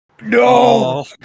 No